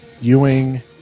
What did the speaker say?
Ewing